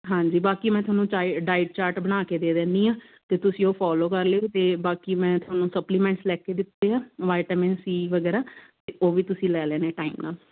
ਹਾਂਜੀ ਬਾਕੀ ਮੈਂ ਤੁਹਾਨੂੰ ਚਾਈ ਡਾਈਟ ਚਾਟ ਬਣਾ ਕੇ ਦੇ ਦਿੰਦੀ ਹਾਂ ਅਤੇ ਤੁਸੀਂ ਉਹ ਫੋਲੋ ਕਰ ਲਿਓ ਅਤੇ ਜੇ ਬਾਕੀ ਮੈਂ ਸਪਲੀਮੈਂਟਸ ਲਿਖ ਕੇ ਦਿੱਤੇ ਆ ਵਾਈਟਾਮਿਨ ਸੀ ਵਗੈਰਾ ਅਤੇ ਉਹ ਵੀ ਤੁਸੀਂ ਲੈ ਲੈਣੇ ਟਾਈਮ ਨਾਲ